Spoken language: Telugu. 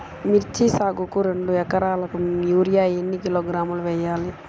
మిర్చి సాగుకు రెండు ఏకరాలకు యూరియా ఏన్ని కిలోగ్రాములు వేయాలి?